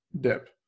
dip